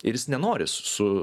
ir jis nenori su